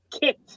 kicked